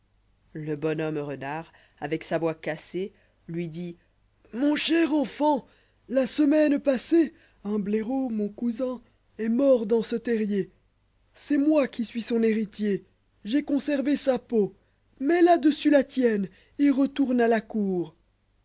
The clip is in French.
le bon homme renard avec sa voix cassée lui dit mon cher enfant la semaine passée un blaireau mon cousin est mort dans ce terrier c'est moi qui suis son héritier j'ai conservé sa peau mets la dessus la tienne et retourne à la cour